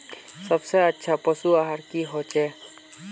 सबसे अच्छा पशु आहार की होचए?